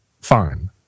fine